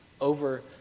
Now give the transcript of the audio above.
over